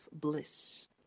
bliss